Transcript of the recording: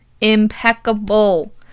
impeccable